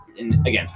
again